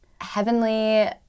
Heavenly